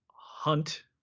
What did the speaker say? hunt